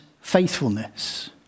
faithfulness